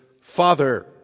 father